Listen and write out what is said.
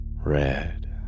Red